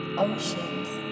oceans